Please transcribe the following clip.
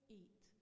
eat